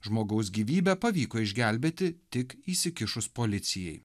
žmogaus gyvybę pavyko išgelbėti tik įsikišus policijai